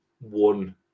one